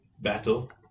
battle